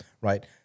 right